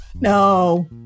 No